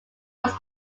was